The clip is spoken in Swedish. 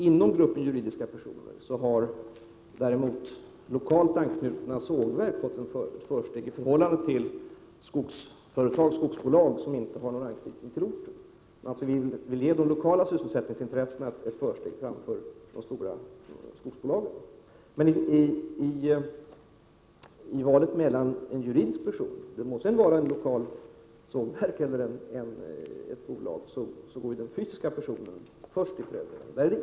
Inom gruppen juridiska personer har däremot lokalt anknutna sågverk fått ett försteg i förhållande till skogsbolag som inte har någon anknytning till orten. Man ger alltså de lokala sysselsättningsintressena ett försteg före de stora skogsbolagen. Men i valet mellan en juridisk person — det må vara ett lokalt sågverk eller ett storbolag — och en fysisk person, går den fysiska personen före i prövningen.